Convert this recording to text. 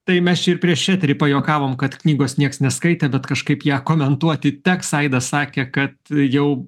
tai mes čia ir prieš eterį pajuokavom kad knygos niekas neskaitė bet kažkaip ją komentuoti teks aidas sakė kad jau